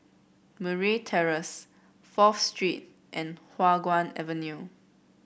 Murray Terrace Fourth Street and Hua Guan Avenue